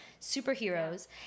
superheroes